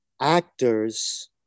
actors